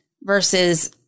versus